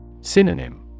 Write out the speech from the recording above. Synonym